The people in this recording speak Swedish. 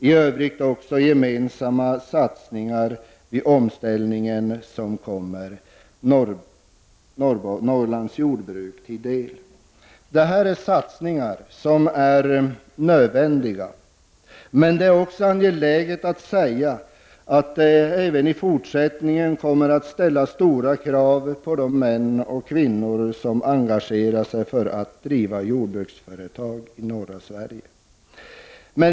I övrigt görs också gemensamma satsningar vid omställningar, och dessa kommer Norrlandsjordbruket till del. Dessa satsningar är nödvändiga. Men det är också angeläget att säga att det även i fortsättningen måste ställas stora krav på de män och kvinnor som skall driva jordbruksföretag i norra Sverige.